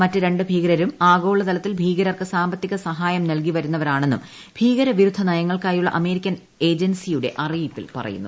മറ്റ് രണ്ട് ഭികരരും ആഗോള തലത്തിൽ ഭികരർക്ക് സാമ്പത്തിക സഹായം നൽകിവരുന്നവരാണെന്നും ഭീകര വിരുദ്ധ നയങ്ങൾക്കായുള്ള അമേരിക്കൻ ഏജൻസിയുടെ അറിയിപ്പിൽ പറയുന്നു